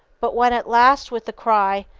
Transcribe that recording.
but when at last with the cry,